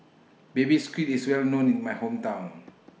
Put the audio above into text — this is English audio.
Baby Squid IS Well known in My Hometown